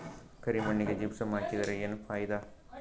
ಕರಿ ಮಣ್ಣಿಗೆ ಜಿಪ್ಸಮ್ ಹಾಕಿದರೆ ಏನ್ ಫಾಯಿದಾ?